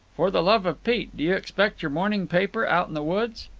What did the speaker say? for the love of pete! do you expect your morning paper out in the woods?